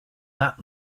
that